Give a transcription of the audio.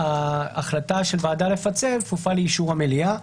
ההחלטה של הוועדה לפצל כפופה לאישור המליאה.